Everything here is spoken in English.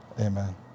Amen